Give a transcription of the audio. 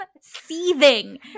seething